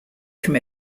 from